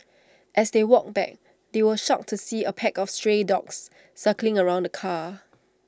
as they walked back they were shocked to see A pack of stray dogs circling around the car